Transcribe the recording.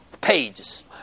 pages